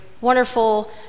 wonderful